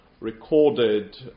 recorded